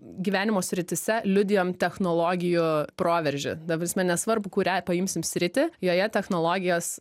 gyvenimo srityse liudijom technologijų proveržį ta prasme nesvarbu kurią paimsim sritį joje technologijos